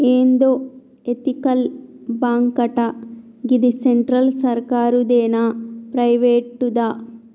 ఏందో ఎతికల్ బాంకటా, గిది సెంట్రల్ సర్కారుదేనా, ప్రైవేటుదా